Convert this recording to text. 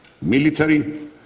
military